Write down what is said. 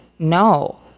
No